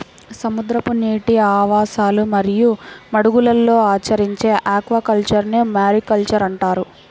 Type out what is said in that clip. సముద్రపు నీటి ఆవాసాలు మరియు మడుగులలో ఆచరించే ఆక్వాకల్చర్ను మారికల్చర్ అంటారు